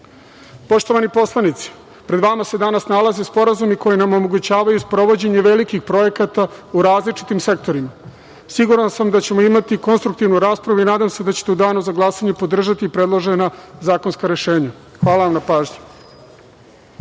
Evrope. Poštovani poslanici, pred vama se danas nalaze sporazumi koji nam omogućavaju sprovođenje velikih projekata u različitim sektorima. Siguran sam da ćemo imati konstruktivnu raspravu i nadam se da ćete u danu za glasanje podržati predložena zakonska rešenja. Hvala vam na pažnji.